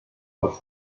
por